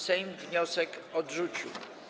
Sejm wniosek odrzucił.